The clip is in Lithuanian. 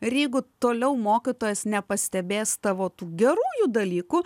ir jeigu toliau mokytojas nepastebės tavo tų gerųjų dalykų